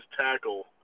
tackle